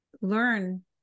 learn